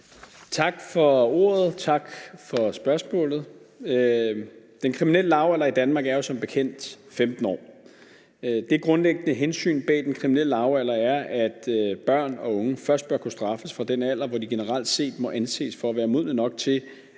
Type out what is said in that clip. Tak for ordet, og tak for spørgsmålet. Den kriminelle lavalder i Danmark er jo som bekendt 15 år. Det grundlæggende hensyn bag den kriminelle lavalder er, at børn og unge først bør kunne straffes fra den alder, hvor de generelt set må anses for at være modne nok til,